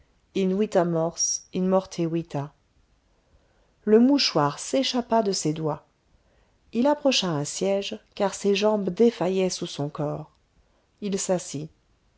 vita mors in morte vita le mouchoir s'échappa de ses doigts il approcha un siège car ses jambes défaillaient sous son corps il s'assit